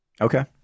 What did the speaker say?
Okay